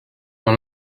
dans